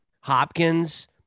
Hopkins